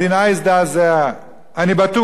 אני בטוח שהמרגל הזה,